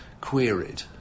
queried